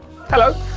Hello